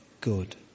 good